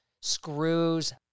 screws